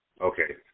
Okay